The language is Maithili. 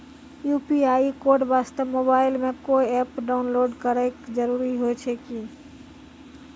यु.पी.आई कोड वास्ते मोबाइल मे कोय एप्प डाउनलोड करे के जरूरी होय छै की?